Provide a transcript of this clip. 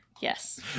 Yes